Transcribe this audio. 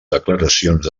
declaracions